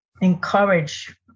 encourage